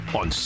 on